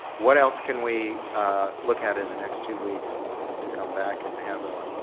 what else can we look at in the next two weeks to come back and have a